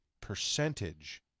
percentage